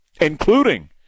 including